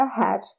ahead